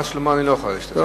ברמת-שלמה אני לא אוכל להשתתף.